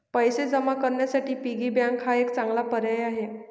पैसे जमा करण्यासाठी पिगी बँक हा एक चांगला पर्याय आहे